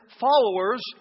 followers